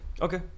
Okay